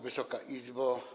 Wysoka Izbo!